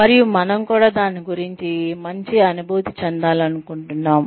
మరియు మనము కూడా దాని గురించి మంచి అనుభూతి చెందాలనుకుంటున్నాము